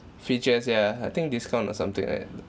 features yeah I think discount or something like that